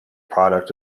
product